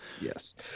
Yes